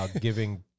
giving